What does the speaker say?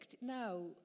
now